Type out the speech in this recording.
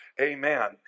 amen